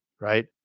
right